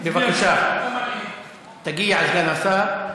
בבקשה, תגיע, סגן השר.